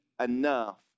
enough